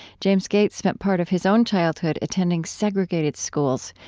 james gates spent part of his own childhood attending segregated schools,